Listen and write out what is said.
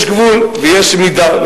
יש גבול ויש מידה.